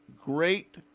great